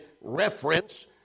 reference